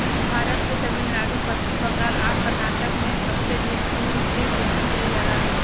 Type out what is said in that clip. भारत के तमिलनाडु, पश्चिम बंगाल आ कर्नाटक में सबसे ढेर फूल के खेती कईल जाला